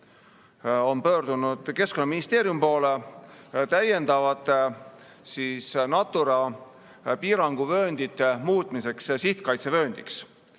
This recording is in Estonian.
on pöördunud Keskkonnaministeeriumi poole täiendavate Natura piiranguvööndite sihtkaitsevööndiks